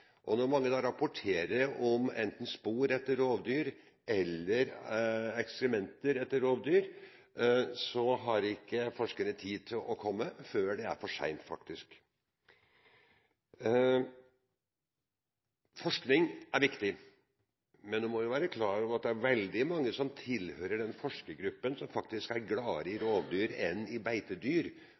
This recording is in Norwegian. Og når mange rapporterer om enten spor eller ekskrementer etter rovdyr, har ikke forskerne tid til å komme før det faktisk er for sent. Forskning er viktig, men en må være klar over at det er veldig mange som tilhører den forskergruppen, som faktisk er mer glad i rovdyr enn i beitedyr,